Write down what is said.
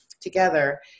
together